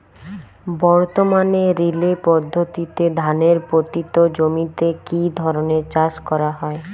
বর্তমানে রিলে পদ্ধতিতে ধানের পতিত জমিতে কী ধরনের চাষ করা হয়?